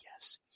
yes